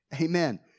Amen